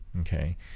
okay